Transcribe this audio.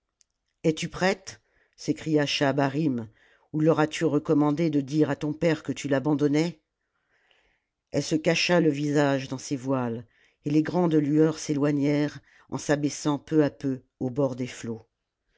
tu prête s'écria schahabarim ou leur as-tu recommandé de dire à ton père que tu l'abandonnais elle se cacha le visage dans ses voiles et les grandes lueurs s'éloignèrent en s'abaissant peu à peu au bord des flots